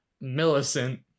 Millicent